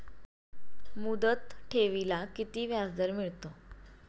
मुदत ठेवीला किती व्याजदर मिळतो?